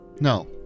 No